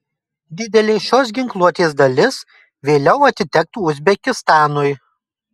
didelė šios ginkluotės dalis vėliau atitektų uzbekistanui